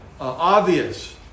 obvious